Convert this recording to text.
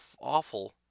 awful